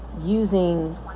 using